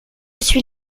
suis